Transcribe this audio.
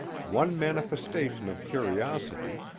one manifestation of curiosity,